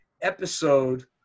episode